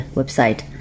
website